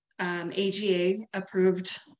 AGA-approved